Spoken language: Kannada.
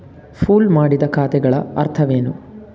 ಪೂಲ್ ಮಾಡಿದ ಖಾತೆಗಳ ಅರ್ಥವೇನು?